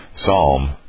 Psalm